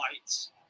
Lights